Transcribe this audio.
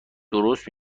درست